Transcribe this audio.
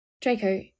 Draco